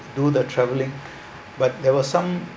do the traveling but there were some